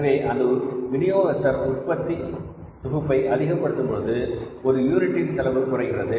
எனவே அந்த விநியோகஸ்தர் உற்பத்தி தொகுப்பை அதிகப்படுத்தும் பொழுது ஒரு யூனிட்டின் செலவு குறைகிறது